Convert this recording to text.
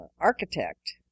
architect